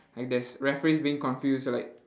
like there's referees being confused like